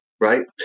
right